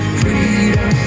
freedom